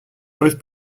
both